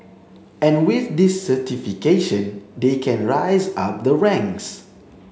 and with this certification they can rise up the ranks